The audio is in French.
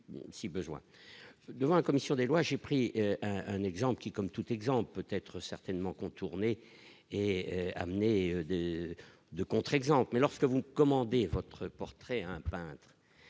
si besoin, devant la commission des lois, j'ai pris un exemple qui comme toute exemple peut-être certainement contourner et amener de contre exemple lorsque vous commandez votre portrait, un,